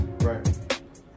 Right